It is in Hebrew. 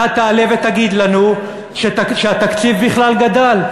אתה תעלה ותגיד לנו שהתקציב בכלל גדל,